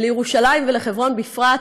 ולירושלים ולחברון בפרט,